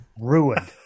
ruined